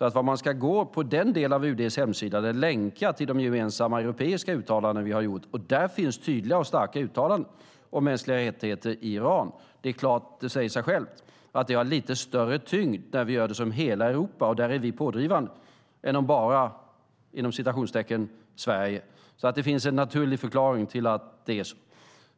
Vad man ska göra är att gå in på den del av UD:s hemsida där det finns länkar till de gemensamma europeiska uttalanden som vi har gjort. Där finns tydliga och starka uttalanden om mänskliga rättigheter i Iran. Det säger sig självt att det har lite större tyngd när vi gör det som ett enigt Europa, och där är vi pådrivande, än om "bara" Sverige gör det. Det finns alltså en naturlig förklaring till att det är så.